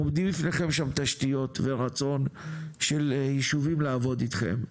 עומדים לפניכם שם תשתיות ורצון של ישובים לעבוד איתכם,